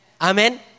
Amen